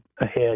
ahead